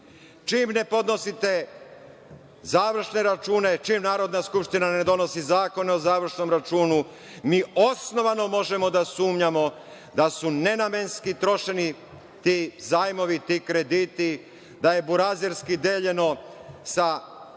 Čim ne podnosite završne račune, čim Narodna skupština ne donosi zakon o završnom računu, mi osnovano možemo da sumnjamo da su nenamenski trošeni ti zajmovi, ti krediti, da je burazerski deljeno sa